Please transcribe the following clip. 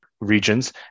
regions